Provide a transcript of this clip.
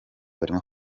barimo